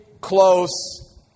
close